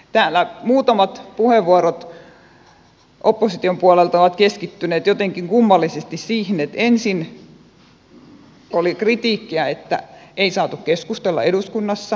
täällä muutamat puheenvuorot opposition puolelta ovat keskittyneet jotenkin kummallisesti siihen että ensin oli kritiikkiä että ei saatu keskustella eduskunnassa